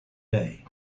day